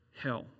hell